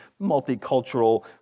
multicultural